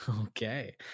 Okay